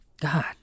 God